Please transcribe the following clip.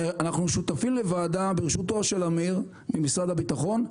אנחנו שותפים לוועדה בראשותו של אמיר ממשרד הביטחון,